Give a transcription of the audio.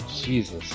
Jesus